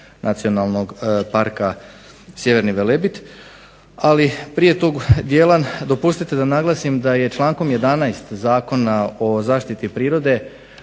Nacionalnog parka Sjeverni Velebit, ali prije tog dijela dopustite da naglasim da je člankom 11. Zakona o zaštiti prirode